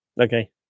okay